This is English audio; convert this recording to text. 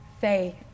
faith